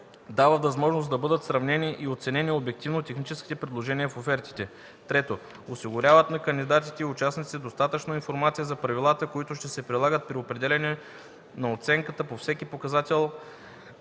дават възможност да бъдат сравнени и оценени обективно техническите предложения в офертите; 3. осигуряват на кандидатите и участниците достатъчно информация за правилата, които ще се прилагат при определяне на оценката по всеки показател,